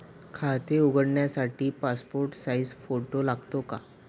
खाते उघडण्यासाठी passport size photo लागतो का?